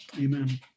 Amen